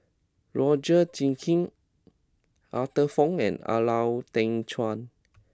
Roger Jenkins Arthur Fong and Lau Teng Chuan